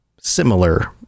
similar